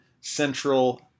Central